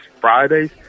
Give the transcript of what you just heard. Fridays